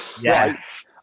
Yes